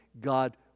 God